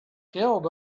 killed